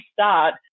start